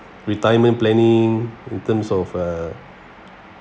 retirement planning in terms of uh